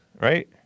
right